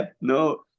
no